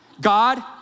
God